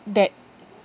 that